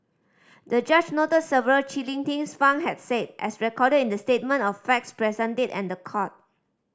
the judge noted several chilling things Fang had said as recorded in the statement of facts presented in the court